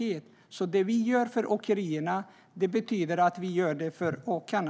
Det vi gör för åkerierna gör vi för åkarna.